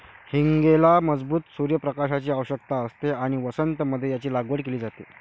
हींगेला मजबूत सूर्य प्रकाशाची आवश्यकता असते आणि वसंत मध्ये याची लागवड केली जाते